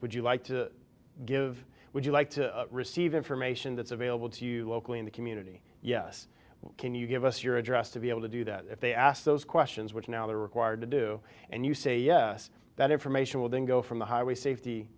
would you like to give would you like to receive information that's available to you locally in the community yes can you give us your address to be able to do that if they ask those questions which now they are required to do and you say yes that information will then go from the highway safety